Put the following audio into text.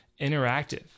interactive